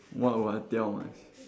what will tell mys~